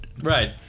Right